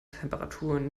temperaturen